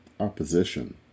opposition